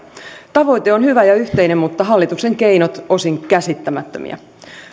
tavoite on hyvä ja yhteinen mutta hallituksen keinot osin käsittämättömiä